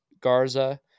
Garza